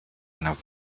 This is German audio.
einer